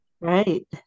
Right